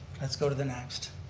let's go to the next.